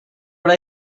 what